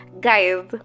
Guys